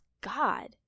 God